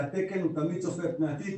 שהתקן הוא תמיד צופה פני עתיד.